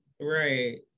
Right